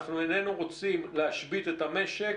אנחנו איננו רוצים להשבית את המשק,